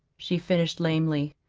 she finished lamely.